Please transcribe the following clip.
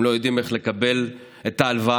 הם לא יודעים איך לקבל את ההלוואה,